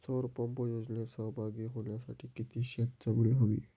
सौर पंप योजनेत सहभागी होण्यासाठी किती शेत जमीन हवी?